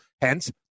Hence